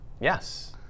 Yes